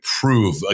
prove